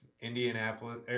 Indianapolis